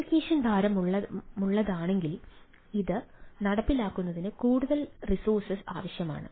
application ഭാരമുള്ളതാണെങ്കിൽ അത് നടപ്പിലാക്കുന്നതിന് കൂടുതൽ റിസോഴ്സ് ആവശ്യമാണ്